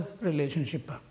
relationship